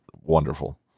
wonderful